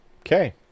Okay